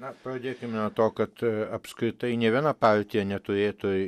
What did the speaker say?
na pradėkim nuo to kad apskritai nė viena partija neturėtų